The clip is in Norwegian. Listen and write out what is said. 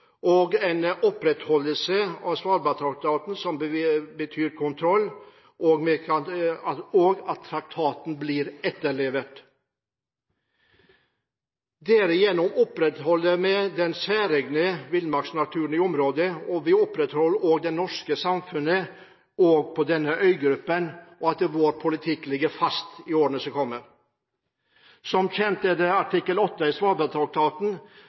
blir etterlevet. Derigjennom opprettholder vi den særegne villmarksnaturen i området, og vi opprettholder også det norske samfunnet på denne øygruppen, og vår politikk ligger fast i årene som kommer. Som kjent er det Svalbardtraktatens artikkel 8 som gjør at vi også skal behandle svalbardbudsjettet her i